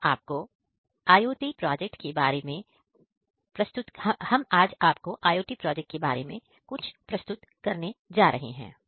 आज हम आपको IOT प्रोजेक्ट के बारे में प्रस्तुत करेंगे